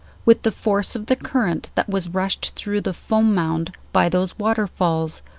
with the force of the current that was rushed through the foam-mound by those water-falls,